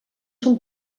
són